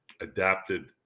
adapted